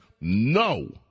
No